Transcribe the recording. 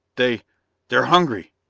they they're hungry!